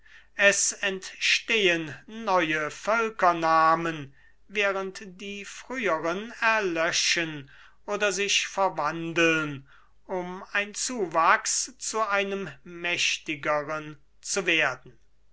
es entstehen neue völkernamen während die früheren erlöschen oder sich verwandeln um ein zuwachs zu einem mächtigeren zu werden